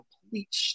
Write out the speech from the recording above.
complete